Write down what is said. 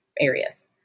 areas